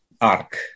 ark